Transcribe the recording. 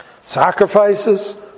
Sacrifices